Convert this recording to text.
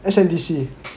S_N_D_C